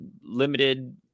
limited